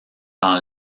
dans